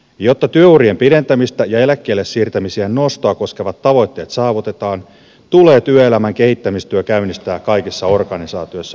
jotta työurien pidentämistä ja eläkkeellesiirtymisiän nostoa koskevat tavoitteet saavutetaan tulee työelämän kehittämistyö käynnistää kaikissa organisaatioissa